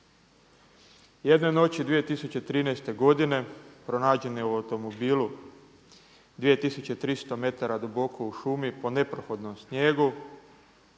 Jedne noći 2013. godine pronađen je automobilu 2300 metara duboko u šumi po neprohodnom snijegu